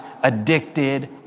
addicted